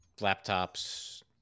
laptops